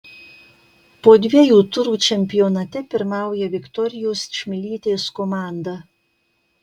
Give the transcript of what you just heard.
po dviejų turų čempionate pirmauja viktorijos čmilytės komanda